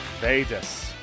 Vegas